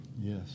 Yes